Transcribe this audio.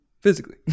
physically